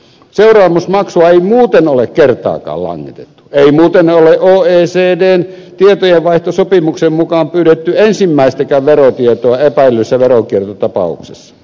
seuraamusmaksua ei muuten ole kertaakaan langetettu ei muuten ole oecdn tietojenvaihtosopimuksen mukaan pyydetty ensimmäistäkään verotietoa epäillyssä veronkiertotapauksessa